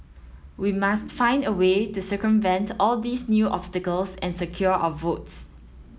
we must find a way to circumvent all these new obstacles and secure our votes